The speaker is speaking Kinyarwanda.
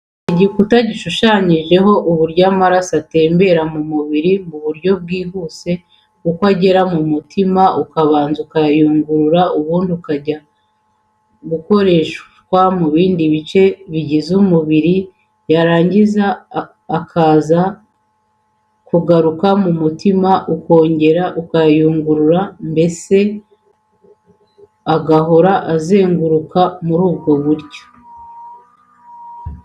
Igikuta gishushanyijeho uburyo amaraso atembera mu mubiri mu buryo bwihuze, uko agera mu mutima ukabanza ukayayungurura ubundi akajya gukoreshwa mu bindi bice bigize umubiri, yarangiza akaza kugaruka mu mutima ukongera ukayayungurura mbese agahora azenguruka muri ubwo buryo.